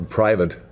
private